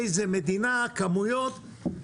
כמויות.